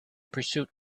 pursuit